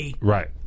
Right